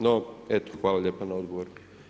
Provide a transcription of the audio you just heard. No, eto hvala lijepa na odgovoru.